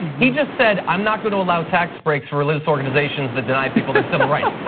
he just said, i'm not gonna allow tax breaks for religious organizations that deny people their civil rights.